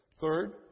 Third